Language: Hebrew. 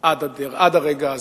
עד הרגע הזה.